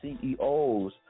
CEOs